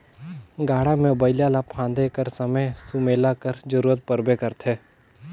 गाड़ा मे बइला ल फादे कर समे सुमेला कर जरूरत परबे करथे